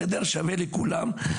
סדר שווה לכולם,